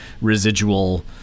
residual